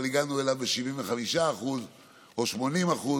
אבל הגענו אליו ב-75% או 80%,